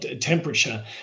temperature